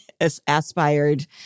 aspired